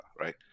right